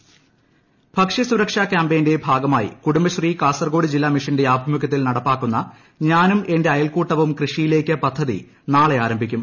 Kasaragod intro ഭക്ഷ്യസുരക്ഷാ ക്യാംപെയിന്റെ പ്രിട്ട്ഗ്മായി കുടുംബശ്രീ കാസർഗോഡ് ജില്ലാ മിഷന്റെ ക്രൂഭിമുഖൃത്തിൽ നടപ്പാക്കുന്ന ഞാനും എന്റെ അയൽക്കൂട്ടവും കൃഷിയിലേക്ക് പദ്ധതി നാളെ ആരംഭിക്കും